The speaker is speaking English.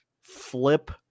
flip